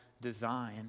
design